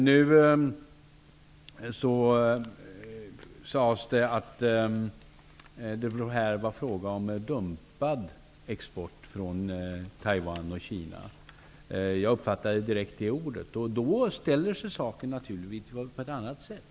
Nu sades det att det här var fråga om dumpad export från Taiwan och Kina. Jag uppfattade direkt ordet dumpad. Då ställer sig saken naturligtvis på ett annat sätt.